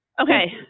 Okay